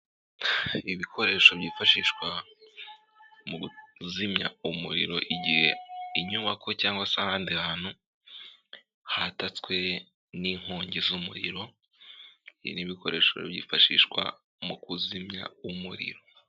Ibikoresho byifashishwa mu kuzimya umuriro igihe inyubako cyangwa se ahandi hantu hatatswe n'inkongi z'umuriro, ni ibikoresho byifashishwa mu kuzimya umuriro.